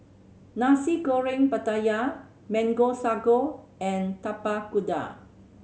Nasi Goreng Pattaya Mango Sago and Tapak Kuda